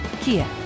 Kia